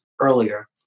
earlier